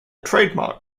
trademark